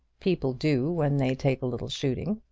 people do when they take a little shooting.